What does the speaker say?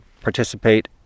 participate